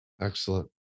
Excellent